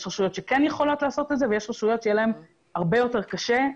יש רשויות שכן יכולות לעשות את זה ויש רשויות שיהיה להן הרבה יותר קשה.